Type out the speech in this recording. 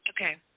Okay